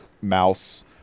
mouse